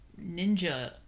ninja